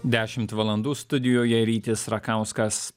dešimt valandų studijoje rytis rakauskas